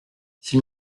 s’il